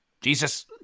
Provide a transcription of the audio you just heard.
Jesus